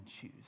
choose